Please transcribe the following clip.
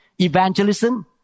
Evangelism